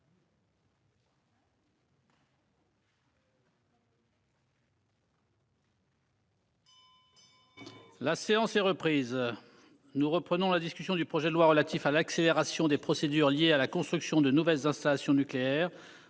La séance est reprise. Nous poursuivons la discussion du projet de loi relatif à l'accélération des procédures liées à la construction de nouvelles installations nucléaires